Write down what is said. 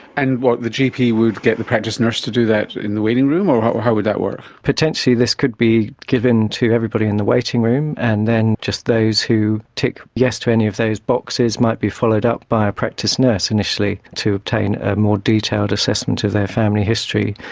and what, the gp would get the practice nurse to do that in the waiting room, or how or how would that work? potentially this could be given to everybody in the waiting room and then just those who tick yes to any of those boxes might be followed up by a practice nurse initially to attain a more detailed assessment of their family history,